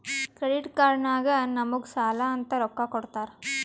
credit card ನಾಗ್ ನಮುಗ್ ಸಾಲ ಅಂತ್ ರೊಕ್ಕಾ ಕೊಡ್ತಾರ್